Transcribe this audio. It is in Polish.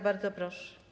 Bardzo proszę.